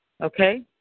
Okay